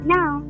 Now